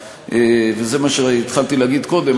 וזה מה שהתחלתי להגיד קודם,